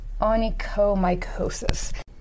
onychomycosis